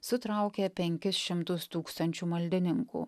sutraukė penkis šimtus tūkstančių maldininkų